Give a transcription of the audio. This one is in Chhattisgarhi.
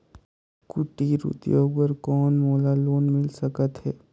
कुटीर उद्योग बर कौन मोला लोन मिल सकत हे?